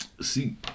See